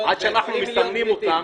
עד שנסמן אותם,